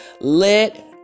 let